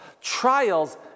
Trials